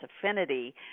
affinity